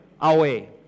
away